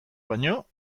baino